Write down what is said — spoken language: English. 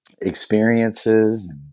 experiences